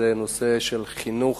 זה נושא של חינוך,